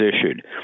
issued